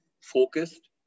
focused